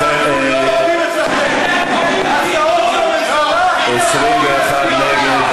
אנחנו עוברים להצעת חוק רישוי שירותים ומקצועות בענף הרכב (תיקון),